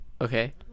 Okay